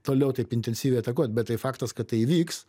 toliau taip intensyviai atakuot bet tai faktas kad tai įvyks